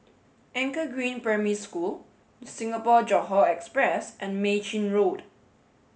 Anchor Green Primary School Singapore Johore Express and Mei Chin Road